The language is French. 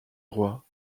roi